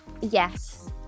Yes